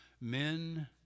men